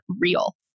real